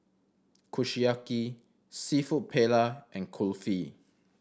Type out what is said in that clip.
Kushiyaki Seafood Paella and Kulfi